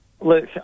Look